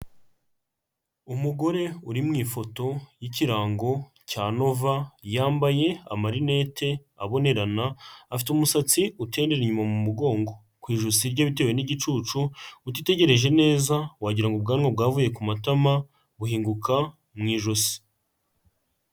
Umugore uri mu ifoto y'ikirango cya Nova, yambaye amarinete abonerana afite umusatsi utendera inyuma mu mugongo, ku ijosi rya bitewe n'igicucu utitegereje neza wagira ngo ubwanwa bwavuye ku matama buhinguka mu ijosi.